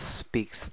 speaks